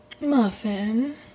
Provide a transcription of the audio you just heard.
Muffin